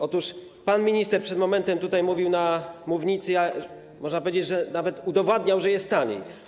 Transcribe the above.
Otóż pan minister przed momentem mówił na mównicy, a można powiedzieć, że nawet udowadniał, że jest taniej.